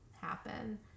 happen